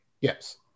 Yes